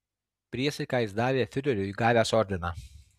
priesaiką jis davė fiureriui gavęs ordiną